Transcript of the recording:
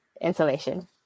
insulation